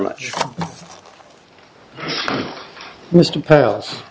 much mr pal